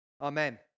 Amen